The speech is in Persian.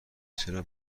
چرا